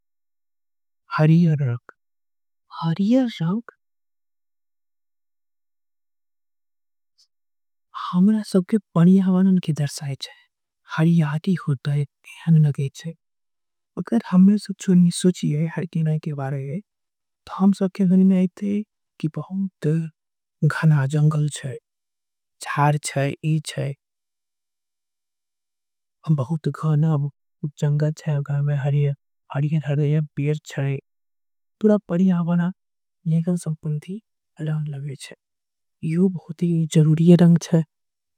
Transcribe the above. हरियर रंग सबले बेहतरीन कलर होय छे। हरियर हमरा के पसंद छीये हरियर रंग। हमरा के हरियाली के याद दिलात आय। हरियर रंग देख के जंगल के याद आवे। छीये हरियर रंग खुशहाली के रंग छीये।